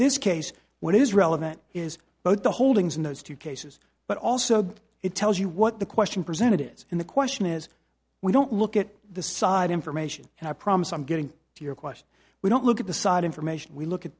this case what is relevant is both the holdings in those two cases but also it tells you what the question presented is and the question is we don't look at the side information and i promise i'm getting to your question we don't look at the side information we look at